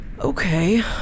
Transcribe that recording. Okay